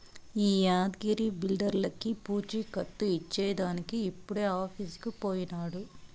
ఈ యాద్గగిరి బిల్డర్లకీ పూచీకత్తు ఇచ్చేదానికి ఇప్పుడే ఆఫీసుకు పోయినాడు